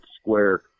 square